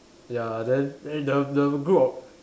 ya then then the the group of